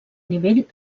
nivell